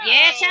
Yes